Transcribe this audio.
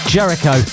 Jericho